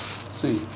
swee